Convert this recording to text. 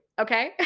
okay